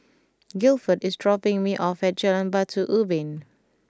Gilford is dropping me off at Jalan Batu Ubin